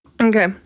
Okay